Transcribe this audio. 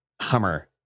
Hummer